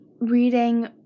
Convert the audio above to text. reading